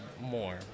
more